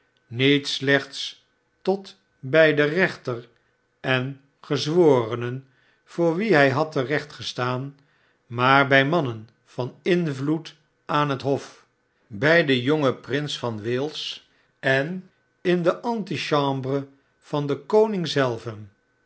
niet slechts tot bij den rechter en de gezworenen voor wie hi had terechtgestaan maar bij mannen van invloed aan het hof bij den jongen prins van wales en inde antichambre vandenkoning zelven